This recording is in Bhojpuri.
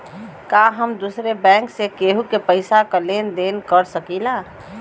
का हम दूसरे बैंक से केहू के पैसा क लेन देन कर सकिला?